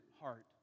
heart